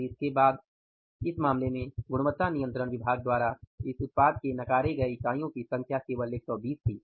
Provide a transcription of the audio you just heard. फिर इसके बाद इस मामले में गुणवत्ता नियंत्रण विभाग द्वारा इस उत्पाद के नकारे गए इकाईयों की संख्या केवल 120 थी